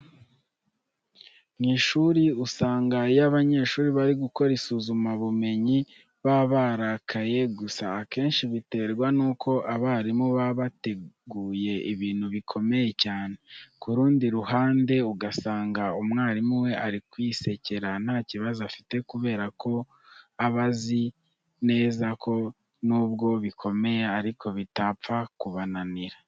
Mu ishuri usanga iyo abanyeshuri bari gukora isuzumabumenyi baba barakaye, gusa akenshi biterwa nuko abarimu baba bateguye ibintu bikomeye cyane. Ku rundi ruhande ugasanga umwarimu we ari kwisekera, nta kibazo afite kubera ko aba azi neza ko nubwo bikomeye ariko bitapfa kubananira.